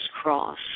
cross